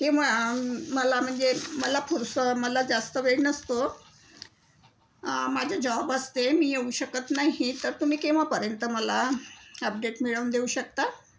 किंवा मला म्हणजे मला पुरेसं मला जास्त वेळ नसतो माझं जॉब असते मी येऊ शकत नाही तर तुम्ही केव्हापर्यंत मला अपडेट मिळवून देऊ शकता